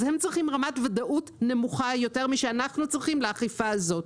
אז הם צריכים רמת ודאות נמוכה יותר משאנחנו צריכים לאכיפה הזאת.